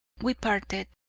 we parted,